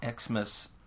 Xmas